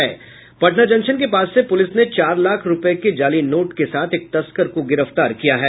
Patna junction के पास से पुलिस ने चार लाख रुपये के जाली नोट के साथ एक तस्कर को गिरफ्तार किया है